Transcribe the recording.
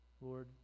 Lord